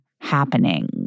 happening